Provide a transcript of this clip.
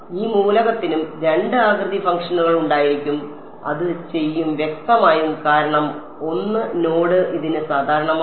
ഈ മൂലകത്തിനും രണ്ട് ആകൃതി ഫംഗ്ഷനുകൾ ഉണ്ടായിരിക്കും അത് ചെയ്യും വ്യക്തമായും കാരണം 1 നോഡ് ഇതിന് സാധാരണമാണ്